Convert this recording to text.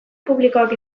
publikoak